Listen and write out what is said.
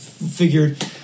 figured